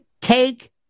take